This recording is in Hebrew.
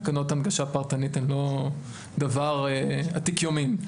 תקנות הנגשה פרטנית הם לא דבר עתיק יומין,